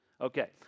Okay